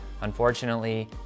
Unfortunately